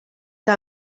que